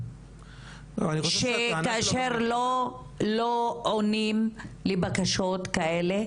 שכאשר לא עונים לבקשות כאלה,